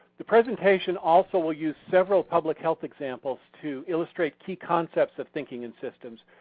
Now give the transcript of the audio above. the presentation also will use several public health examples to illustrate key concepts of thinking in systems.